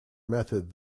method